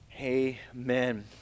Amen